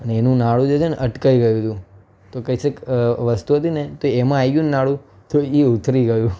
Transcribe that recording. અને એનું નાડું જે છે ને અટકી ગયું હતું તો કશીક વસ્તુ હતી ને તો એમાં આવી ગયું ને નાડું તો એ ઉતરી ગયું